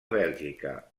bèlgica